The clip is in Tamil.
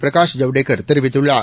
பிரகாஷ் ஜவடேகர் தெரிவித்துள்ளார்